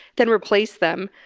then replace them,